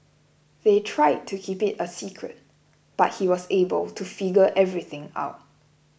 they tried to keep it a secret but he was able to figure everything out